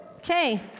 Okay